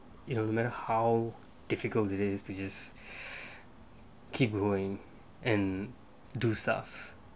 no matter how difficult it is to just keep going and do stuff